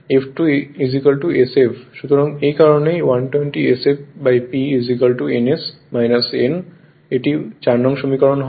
সুতরাং এই কারণেই 120 sf P ns n এটি 4নং সমীকরণ হয়